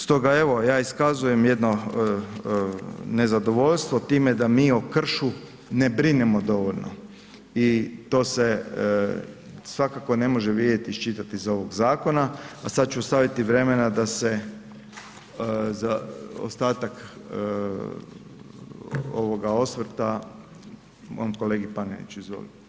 Stoga evo, ja iskazujem jedno nezadovoljstvo time da mi o kršu ne brinemo dovoljno i to se svakako ne može vidjeti i iščitati iz ovog zakona, a sad ću ostaviti vremena da se za ostatak ovoga osvrta, mom kolegi Paneniću, izvoli.